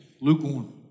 lukewarm